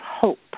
hope